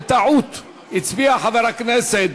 בטעות הצביע חבר הכנסת